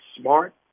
smart